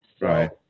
Right